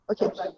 Okay